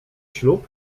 ślub